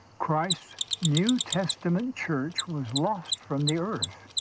christ's new testament church was lost from the earth.